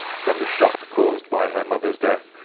from the shock caused by her mother's death,